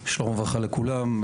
שלום וברכה לכולם,